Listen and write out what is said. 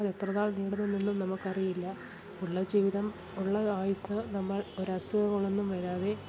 അതെത്ര നാൾ നീണ്ട് നിന്നുവെന്നും നമുക്കറിയില്ല ഉള്ള ജീവിതം ഉള്ള ആയുസ്സ് നമ്മൾ ഒരസുഖങ്ങളൊന്നും വരാതെ